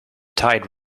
tide